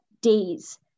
days